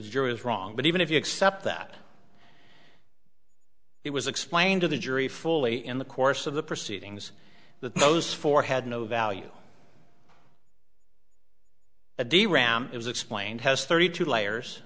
jury is wrong but even if you accept that it was explained to the jury fully in the course of the proceedings that those four had no value a dram is explained has thirty two layers